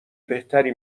بهتری